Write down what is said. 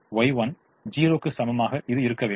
எனவே Y1 0 க்கு சமமாக இது இருக்க வேண்டும்